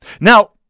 Now